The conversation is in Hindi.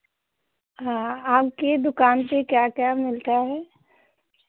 हाँ आपके दुकान पर क्या क्या मिलता है